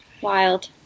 Wild